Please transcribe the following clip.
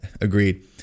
agreed